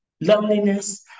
loneliness